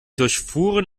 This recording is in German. durchfuhren